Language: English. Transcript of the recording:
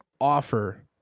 offer